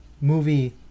movie